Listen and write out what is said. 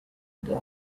die